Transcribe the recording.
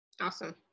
Awesome